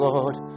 Lord